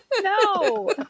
no